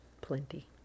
Plenty